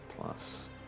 plus